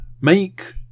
Make